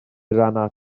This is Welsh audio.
ran